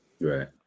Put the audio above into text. right